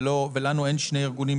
ולנו אין שני ארגונים,